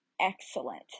excellent